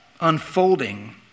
unfolding